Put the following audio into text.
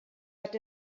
hat